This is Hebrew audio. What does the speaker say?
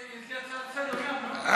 יש גם לי הצעה לסדר-היום, לא?